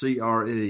CRE